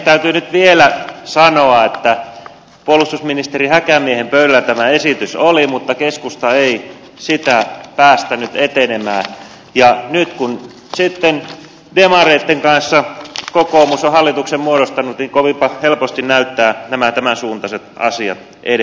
täytyy nyt vielä sanoa että puolustusministeri häkämiehen pöydällä tämä esitys oli mutta keskusta ei sitä päästänyt etenemään ja nyt kun sitten demareitten kanssa kokoomus on hallituksen muodostanut niin kovinpa helposti näyttävät nämä tämänsuuntaiset asiat etenevän